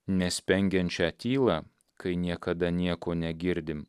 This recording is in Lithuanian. ne spengiančią tylą kai niekada nieko negirdim